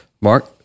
Mark